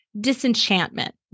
Disenchantment